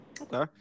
Okay